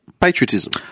Patriotism